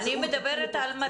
אני מדברת בזמן